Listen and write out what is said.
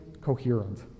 coherent